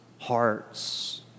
hearts